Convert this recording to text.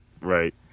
Right